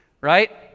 right